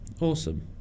Awesome